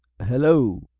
hello!